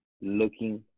looking